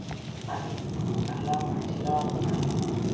అది చాలా మంచిగా ఉన్నది